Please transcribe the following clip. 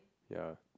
ya